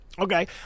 Okay